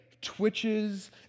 twitches